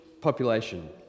population